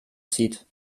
zieht